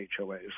hoas